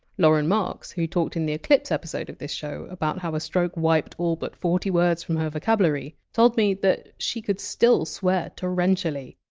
lauren marks, who talked in the eclipse episode of this show about how a stroke wiped all but forty words from her vocabulary, told me that she could still swear torrentially.